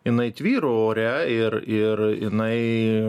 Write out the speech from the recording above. jinai tvyro ore ir ir jinai